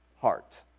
heart